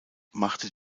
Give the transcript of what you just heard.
machte